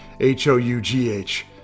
H-O-U-G-H